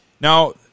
Now